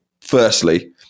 firstly